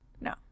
No